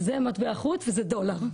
זה מטבע חוץ וזה דולר,